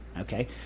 Okay